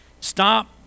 stop